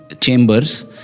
chambers